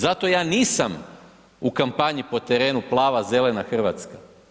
Zato ja nisam u kampanji, po terenu plava, zelena Hrvatska.